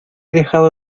dejado